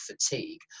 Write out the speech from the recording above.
fatigue